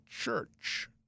church